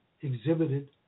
exhibited